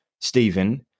Stephen